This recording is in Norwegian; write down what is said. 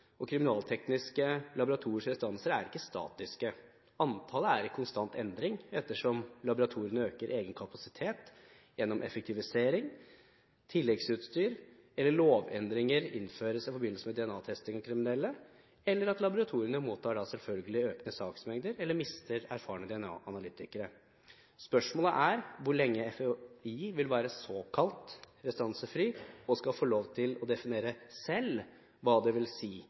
Kriminaltekniske laboratoriers restanser er ikke statiske: Antallet er i konstant endring ettersom laboratoriene øker egen kapasitet gjennom effektivisering, som å ansette flere eller implementere tilleggsutstyr, ettersom lovendringer innføres i forbindelse med DNA-testing av kriminelle, eller – selvfølgelig – ettersom laboratoriene mottar økende saksmengder eller mister erfarne DNA-analytikere. Spørsmålet er hvor lenge FHI vil være såkalt restansefri og skal få lov til å definere selv hva